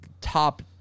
top